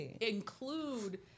include